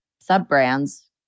sub-brands